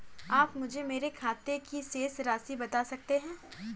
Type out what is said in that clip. आप मुझे मेरे खाते की शेष राशि बता सकते हैं?